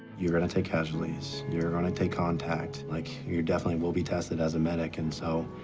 you're gonna take casualties, you're gonna take contact, like you definitely will be tested as a medic. and so